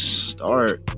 start